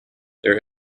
there